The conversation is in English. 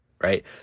right